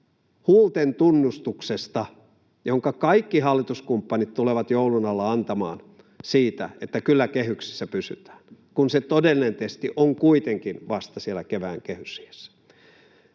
huulten tunnustuksesta, jonka kaikki hallituskumppanit tulevat joulun alla antamaan siitä, että kyllä kehyksissä pysytään, kun se todellinen testi on kuitenkin vasta siellä kevään kehysriihessä.